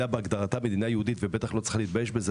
שבהגדרתה היא מדינה יהודית ובטח לא צריכה להתבייש בזה,